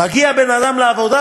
מגיע בן-אדם לעבודה,